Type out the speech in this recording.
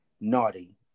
naughty